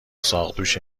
ساقدوش